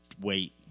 wait